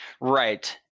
right